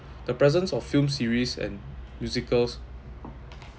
the presence of film series and musicals